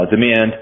demand